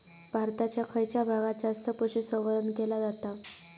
भारताच्या खयच्या भागात जास्त पशुसंवर्धन केला जाता?